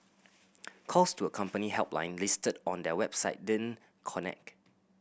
calls to a company helpline listed on their website didn't connect